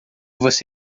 você